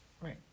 Right